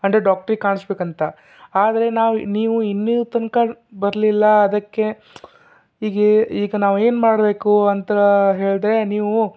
ಅಂದ್ರೆ ಡಾಕ್ಟ್ರಿಗೆ ಕಾಣಿಸ್ಬೇಕಂತ ಆದರೆ ನಾವು ನೀವು ಇನ್ನೂ ತನಕ ಬರಲಿಲ್ಲ ಅದಕ್ಕೆ ಈಗೇ ಈಗ ನಾವೇನು ಮಾಡಬೇಕು ಅಂತ ಹೇಳಿದ್ರೆ ನೀವು